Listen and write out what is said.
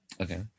Okay